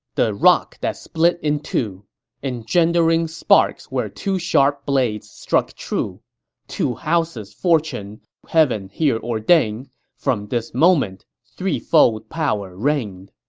the rock that split in two engendering sparks where two sharp blades struck true two houses' fortune heaven here ordained from this moment, threefold power reigned